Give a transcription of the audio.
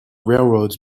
railroads